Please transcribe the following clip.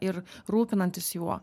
ir rūpinantis juo